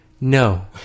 No